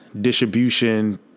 Distribution